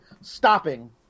stopping